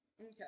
Okay